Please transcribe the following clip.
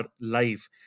life